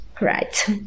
right